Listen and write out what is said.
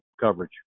coverage